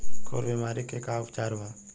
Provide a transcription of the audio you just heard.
खुर बीमारी के का उपचार बा?